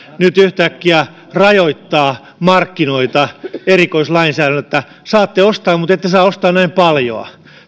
nyt yhtäkkiä rajoittaa markkinoita erikoislainsäädännöllä että saatte ostaa mutta ette saa ostaa näin paljoa